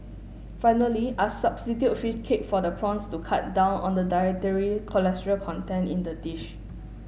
finally I substitute fish cake for the prawns to cut down on the dietary cholesterol content in the dish